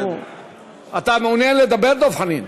אתה מעוניין לדבר, דב חנין?